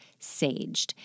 Saged